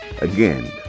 Again